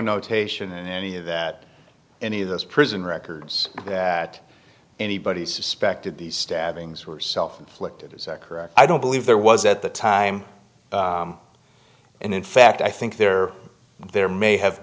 notation and any of that any of this prison records that anybody suspected these stabbings were self inflicted is that correct i don't believe there was at the time and in fact i think there there may have